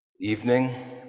evening